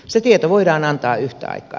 se tieto voidaan antaa yhtä aikaa